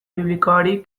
biblikoari